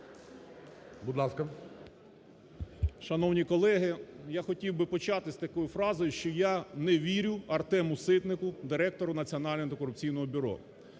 Шановні колеги, я хотів би почати з такої фрази, що я не вірю Артему Ситнику директору Національного антикорупційного бюро.